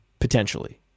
Potentially